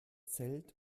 zelt